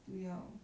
不要